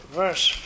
verse